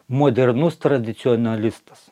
modernus tradicionalistas